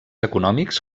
econòmics